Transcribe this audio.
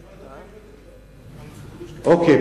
אוקיי,